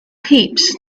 heaps